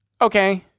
okay